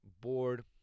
bored